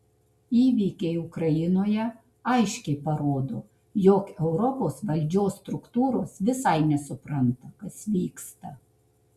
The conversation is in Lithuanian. įvykiai ukrainoje aiškiai parodo jog europos valdžios struktūros visai nesupranta kas vyksta